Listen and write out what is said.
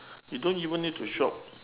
you don't even need to shop